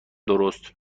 درست